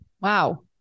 wow